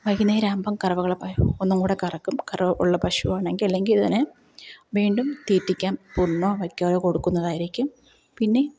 വൈകുന്നേരമാകുമ്പോള് കറവകളെ പോയ ഒന്നങ്കൂടെ കറക്കും കറവ ഉള്ള പശുവാണെങ്കില് അല്ലെങ്കി ഇതിനെ വീണ്ടും തീറ്റിക്കാൻ പുല്ലോ വൈക്കോലോ കൊടുക്കുന്നതായിരിക്കും പിന്നെ